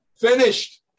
finished